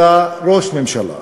אלא ראש ממשלה.